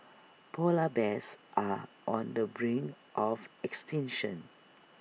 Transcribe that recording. Polar Bears are on the brink of extinction